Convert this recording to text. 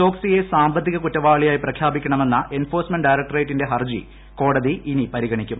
ചോക്സിയെ സാമ്പത്തിക കുറ്റവാളിയായി പ്രഖ്യാപിക്കണമെന്ന എൻഫോഴ്സ്മെന്റ് ഡയറ്ക്ടറേറ്റിന്റെ ഹർജി കോടതി ഇനി പരിഗണിക്കും